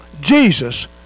Jesus